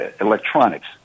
electronics